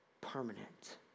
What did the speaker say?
permanent